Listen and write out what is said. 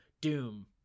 Doom